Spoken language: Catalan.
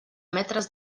metres